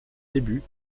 débuts